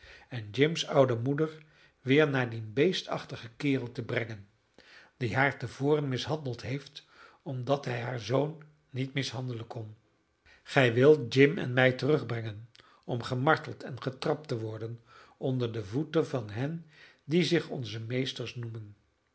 en jims oude moeder weer naar dien beestachtigen kerel te brengen die haar te voren mishandeld heeft omdat hij haar zoon niet mishandelen kon gij wilt jim en mij terugbrengen om gemarteld en getrapt te worden onder de voeten van hen die zich onze meesters noemen